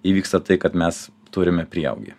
įvyksta tai kad mes turime prieaugį